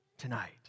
Tonight